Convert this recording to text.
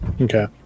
Okay